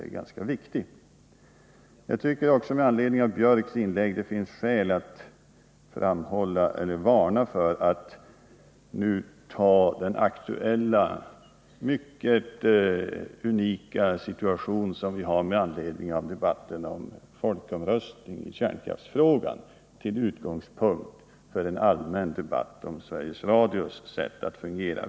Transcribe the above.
Med anledning av Anders Björcks inlägg tycker jag vidare att det finns skäl att varna för att den aktuella, mycket unika situation vi nu har med anledning av debatten inför folkomröstningen i kärnkraftsfrågan tas som utgångspunkt för en allmän debatt om Sveriges Radios sätt att fungera.